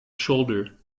shoulder